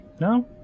No